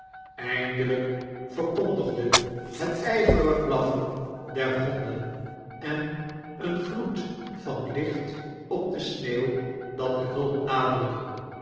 eindelyk verkondigde het yverig blaffen der honden en een gloea van licht op de sneeuw dat de hulp naderde